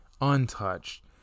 untouched